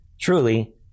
truly